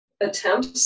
attempts